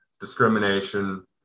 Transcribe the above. discrimination